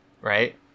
Right